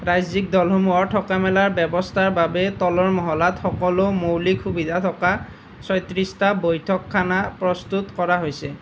ৰাজ্যিক দলসমূহৰ থকা মেলাৰ ব্যৱস্থাৰ বাবে তলৰ মহলাত সকলো মৌলিক সুবিধা থকা ছয়ত্ৰিশটা বৈঠকখানা প্ৰস্তুত কৰা হৈছে